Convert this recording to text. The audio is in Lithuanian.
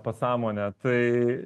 pasąmonę tai